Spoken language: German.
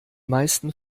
meisten